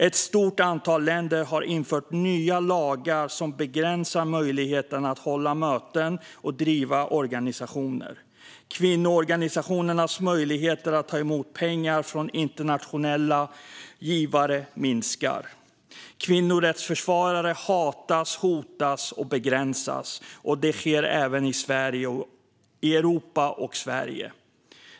Ett stort antal länder har infört nya lagar som begränsar möjligheten att hålla möten och driva organisationer. Kvinnoorganisationers möjlighet att ta emot pengar från internationella givare minskar. Kvinnorättsförsvarare hatas, hotas och begränsas, och det sker även i Europa och Sverige.